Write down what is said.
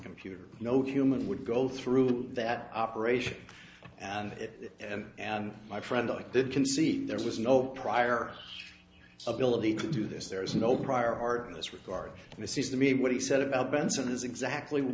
computer no human would go through that operation and and and my friend i did concede there was no prior ability to do this there is no prior art in this regard and it seems to me what he said about benson is exactly